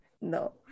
no